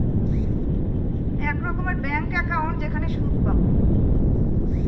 এক রকমের bank account যেখানে সুদ পাবো